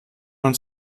man